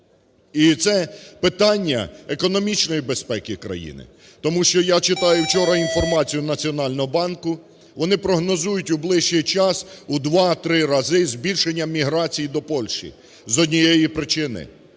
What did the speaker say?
І це питання економічної безпеки країни, тому що я читаю вчора інформацію Національного банку, вони прогнозують в ближчий час в два-три рази збільшення міграції до Польщі, з однієї причини.